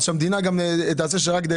איך לפתור את